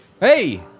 Hey